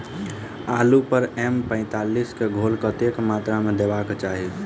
आलु पर एम पैंतालीस केँ घोल कतेक मात्रा मे देबाक चाहि?